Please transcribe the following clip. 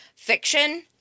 fiction